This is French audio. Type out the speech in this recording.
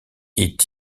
est